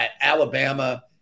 Alabama